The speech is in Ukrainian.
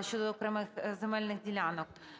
щодо окремих земельних ділянок.